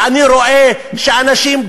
ואני רואה שאנשים,